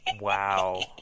Wow